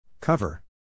Cover